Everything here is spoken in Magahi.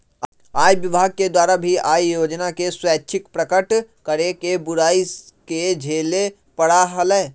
आय विभाग के द्वारा भी आय योजना के स्वैच्छिक प्रकट करे के बुराई के झेले पड़ा हलय